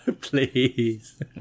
please